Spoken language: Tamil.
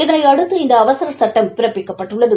இதனை அடுத்து இந்த அவசர சட்டம் பிறப்பிக்கப்பட்டுள்ளது